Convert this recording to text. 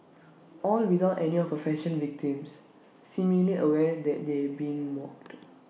all without any of fashion victims seemingly aware that they being mocked